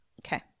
Okay